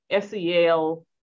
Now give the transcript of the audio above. SEL